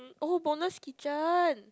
um oh bonus kitchen